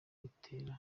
bitera